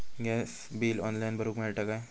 Gas bill online भरुक मिळता काय?